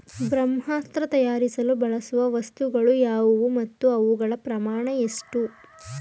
ಬ್ರಹ್ಮಾಸ್ತ್ರ ತಯಾರಿಸಲು ಬಳಸುವ ವಸ್ತುಗಳು ಯಾವುವು ಮತ್ತು ಅವುಗಳ ಪ್ರಮಾಣ ಎಷ್ಟು?